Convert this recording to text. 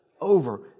over